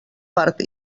part